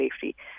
safety